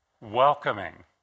welcoming